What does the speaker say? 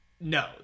No